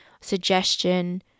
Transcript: suggestion